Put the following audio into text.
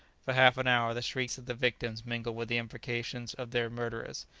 for half an hour the shrieks of the victims mingled with the imprecations of their murderers,